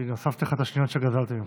והוספתי לך את השניות שגזלתי ממך.